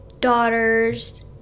daughters